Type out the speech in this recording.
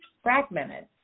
fragmented